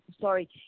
sorry